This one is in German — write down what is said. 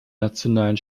nationalen